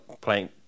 playing